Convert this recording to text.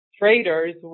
Traders